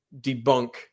debunk